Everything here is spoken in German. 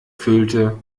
füllte